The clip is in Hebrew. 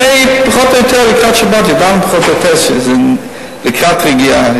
הרי לקראת שבת ידענו פחות או יותר שזה לקראת רגיעה,